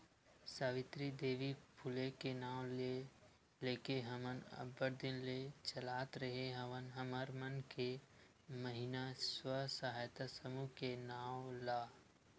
सावित्री देवी फूले के नांव ल लेके हमन अब्बड़ दिन ले चलात रेहे हवन हमर मन के महिना स्व सहायता समूह के नांव ला